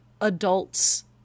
adults